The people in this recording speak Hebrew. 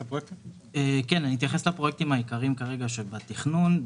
אני אתייחס לפרויקטים העיקריים שכרגע בתכנון.